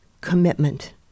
commitment